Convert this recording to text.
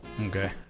Okay